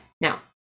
Now